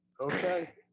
Okay